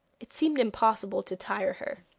it seemed impossible to tire her.